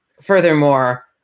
furthermore